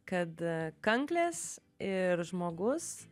kad a kanklės ir žmogus